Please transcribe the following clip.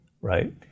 right